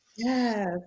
Yes